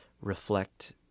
reflect